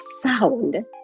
sound